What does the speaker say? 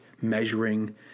measuring